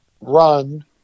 run